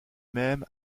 même